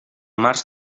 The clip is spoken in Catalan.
març